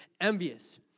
envious